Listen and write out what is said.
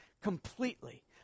completely